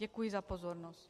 Děkuji za pozornost.